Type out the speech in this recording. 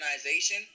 organization